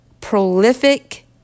prolific